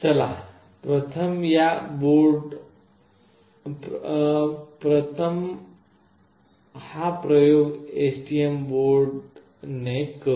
चला प्रथम हा प्रयोग एसटीएम बोर्डाने करू